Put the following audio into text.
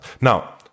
Now